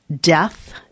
death